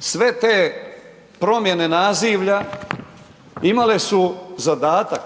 Sve te promjene nazivlja imale su zadatak